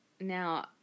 now